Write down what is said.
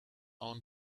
own